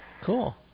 Cool